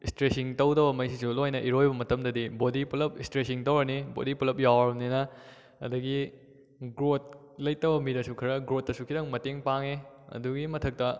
stretching ꯇꯧꯗꯧꯕꯉꯩꯁꯤꯁꯨ ꯂꯣꯏꯅ ꯏꯔꯣꯏꯕ ꯃꯇꯝꯗꯗꯤ ꯕꯣꯗꯤ ꯄꯨꯂꯞ ꯏꯁꯇ꯭ꯔꯦꯆꯤꯡ ꯇꯧꯔꯅꯤ ꯕꯣꯗꯤ ꯄꯨꯂꯞ ꯌꯥꯎꯔꯕꯅꯤꯅ ꯑꯗꯒꯤ ꯒ꯭ꯔꯣꯠ ꯂꯩꯇꯕ ꯃꯤꯗꯁꯨ ꯈꯔ ꯒ꯭ꯔꯣꯠꯇꯁꯨ ꯈꯤꯇꯪ ꯃꯇꯦꯡ ꯄꯥꯡꯉꯦ ꯑꯗꯨꯒꯤ ꯃꯊꯛꯇ